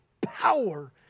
power